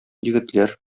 егетләр